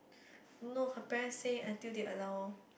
no her parents say until they allow loh